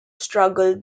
struggle